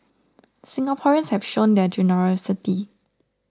Singaporeans have shown their generosity